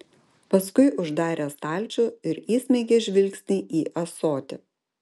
paskui uždarė stalčių ir įsmeigė žvilgsnį į ąsotį